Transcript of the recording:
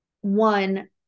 one